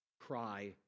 cry